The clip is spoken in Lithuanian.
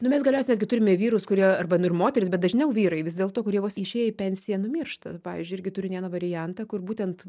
nu mes galiausiai turime vyrus kurie arba nu ir moteris bet dažniau vyrai vis dėlto kurie vos išėję į pensiją numiršta pavyzdžiui irgi turiu ne vieną variantą kur būtent